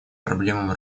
проблемам